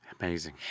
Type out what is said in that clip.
Amazing